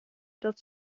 dat